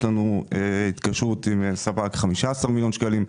יש לנו התקשרות עם ספק 15 מיליון שקלים.